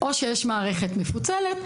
או שיש מערכת מפוצלת,